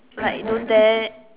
like don't dare